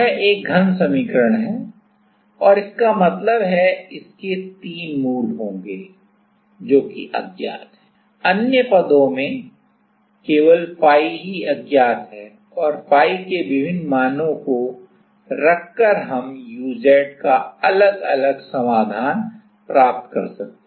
तो यह एक घन समीकरण है और इसका मतलब है इसकी तीन मूल होंगे जोकि अज्ञात हैं अन्य पदों में केवल फाई ही अज्ञात है और फाई के विभिन्न मानो को रखकर हम u z का अलग अलग समाधान प्राप्त कर सकते हैं